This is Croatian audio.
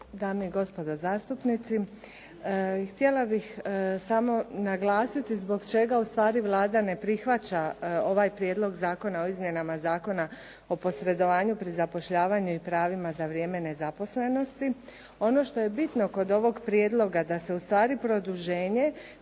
dame i gospodo zastupnici. Htjela bih samo naglasiti zbog čega ustvari Vlada ne prihvaća ovaj Prijedlog zakona o izmjenama Zakona o posredovanju pri zapošljavanju i pravima za vrijeme nezaposlenosti. Ono što je bitno kod ovog prijedloga da se ustvari produženje